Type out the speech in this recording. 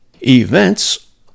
events